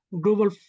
global